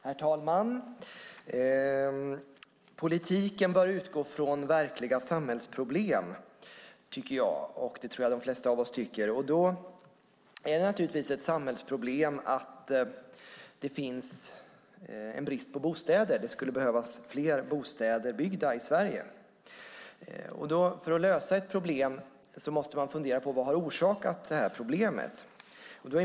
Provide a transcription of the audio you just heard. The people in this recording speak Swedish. Herr talman! Politiken bör utgå från verkliga samhällsproblem. Det tror jag att de flesta av oss tycker. Det är ett samhällsproblem att det finns en brist på bostäder. Det skulle behöva byggas fler bostäder i Sverige. För att lösa ett problem måste man fundera på vad som har orsakat problemet.